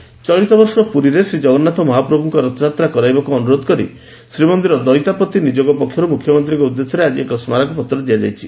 ରଥଯାତ୍ରା ଚଳିତବର୍ଷ ପୁରୀରେ ଶ୍ରୀକଗନ୍ନାଥ ମହାପ୍ରଭୁଙ୍କର ରଥଯାତ୍ରା କରାଇବାକୁ ଅନୁରୋଧ କରି ଶ୍ରୀମନ୍ଦିର ଦଇତାପତି ନିଯୋଗ ପକ୍ଷରୁ ମୁଖ୍ୟମନ୍ତୀଙ୍କ ଉଦ୍ଦେଶ୍ୟରେ ଆଜି ଏକ ସ୍କାରକପତ୍ର ଦିଆଯାଇଛି